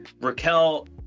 Raquel